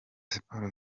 siporo